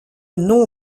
nom